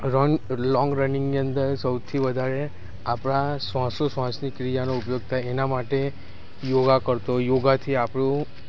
run long રનીંગની અંદર સૌથી વધારે આપણે શ્વાસો શ્વાસની ક્રિયાનો ઉપયોગ થાય એના માટે યોગા કરતો યોગાથી આપણું